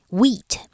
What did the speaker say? ,wheat 。